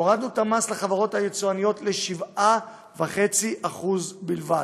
הורדנו את המס לחברות היצואניות ל-7.5% בלבד,